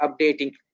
updating